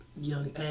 Young